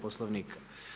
Poslovnika.